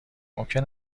ممکن